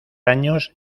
años